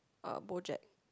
uh bojack